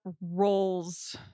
roles